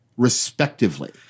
respectively